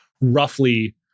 roughly